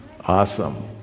Awesome